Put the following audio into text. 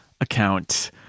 account